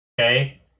Okay